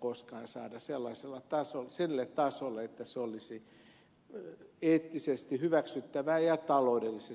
koskaan saada sellaiselle tasolle että se olisi eettisesti hyväksyttävää ja taloudellisesti